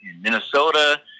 Minnesota